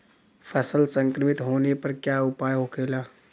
फसल संक्रमित होने पर क्या उपाय होखेला?